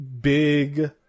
big